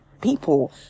people